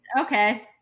Okay